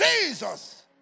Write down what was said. Jesus